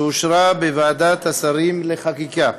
שאושרה בוועדת השרים לחקיקה,